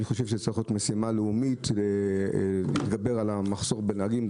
אני חושב שזו צריכה להיות משימה לאומית כדי להתגבר על המחסור בנהגים.